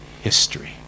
history